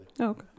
Okay